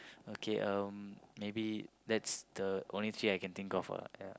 okay um maybe that's the only three I can think of lah ya